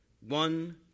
one